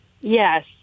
Yes